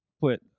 put